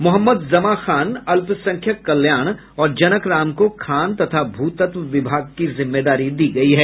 मोहम्मद जमां खान अल्पसंख्यक कल्याण और जनक राम को खान तथा भूतत्व विभाग की जिम्मेदारी दी गयी है